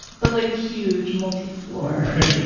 but like huge. multi-floored right,